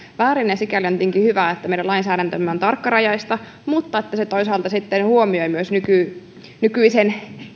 väärin ja sikäli on tietenkin hyvä että meidän lainsäädäntömme on tarkkarajaista toisaalta myös siitä että se sitten huomioi myös nykyisen